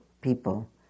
people